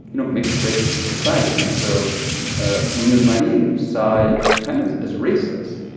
you know, mixed-race society, and so ah munoz marin saw it kind of as as raceless.